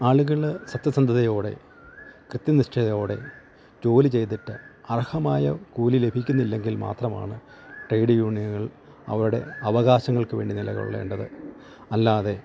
ആളുകള് സത്യസന്ധതയോടെ കൃത്യനിഷ്ഠയോടെ ജോലി ചെയ്തിട്ട് അർഹമായ കൂലി ലഭിക്കുന്നില്ലെങ്കിൽ മാത്രമാണ് ട്രേഡ് യൂണിയനുകൾ അവരുടെ അവകാശങ്ങൾക്ക് വേണ്ടി നിലകൊള്ളേണ്ടത് അല്ലാതെ